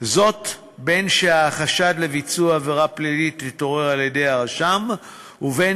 בין שהחשד לביצוע עבירה פלילית התעורר על-ידי הרשם ובין